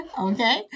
Okay